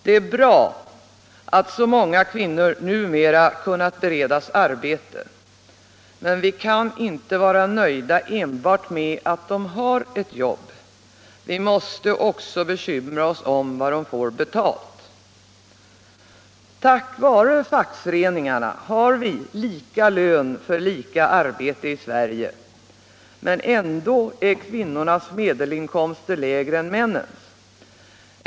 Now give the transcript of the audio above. Det är bra att så många kvinnor numera kunnat beredas arbete, men vi kan inte vara nöjda enbart med att de har eu jobb, vi måste också bekymra oss om vad de får betalt. Tack vare fackföreningarna har vi lika lön för lika arbete i Sverige, men ändå är kvinnornas medelinkomster lägre än männens.